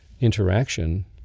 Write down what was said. interaction